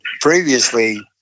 previously